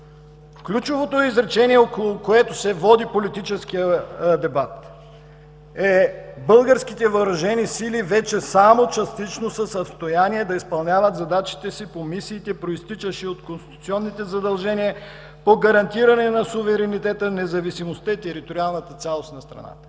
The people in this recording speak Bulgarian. Ключовото изречение, около което се води политическият дебат, е: „Българските въоръжени сили вече само частично са в състояние да изпълняват задачите си по мисиите, произтичащи от конституционните задължения по гарантиране на суверенитета, независимостта и териториалната цялост на страната“.